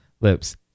lips